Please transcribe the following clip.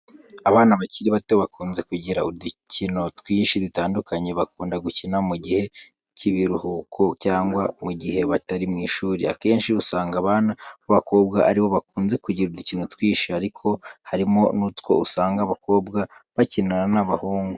Abana bakiri bato bakunze kugira udukino twinshi dutandukanye bakunda gukina mu gihe cy'ibiruhuko cyangwa mu gihe batari mu ishuri, akenshi usanga abana b'abakobwa ari bo bakunze kugira udukino twinshi, ariko harimo n'utwo usanga abakobwa bakinana n'abahungu.